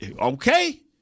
okay